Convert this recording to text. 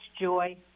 joy